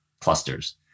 clusters